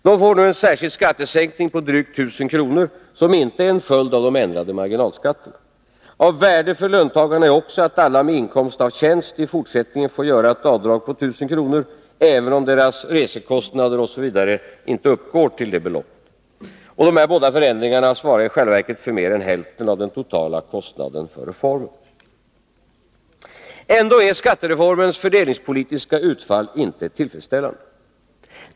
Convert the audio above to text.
De får nu en särskild skattesänkning på drygt 1 000 kr., som inte är en följd av de ändrade marginalskatterna. Av värde för löntagarna är också att alla med inkomst av tjänst i fortsättningen får göra ett avdrag på 1 000 kr., även om deras resekostnader etc. inte uppgår till detta belopp. Dessa båda förändringar svarar i själva verket för mer än hälften av den totala kostnaden för reformen. Ändå är skattereformens fördelningspolitiska utfall inte tillfredsställande. Men det beror inte på att den bygger på en överenskommelse med mittenpartierna.